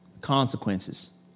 consequences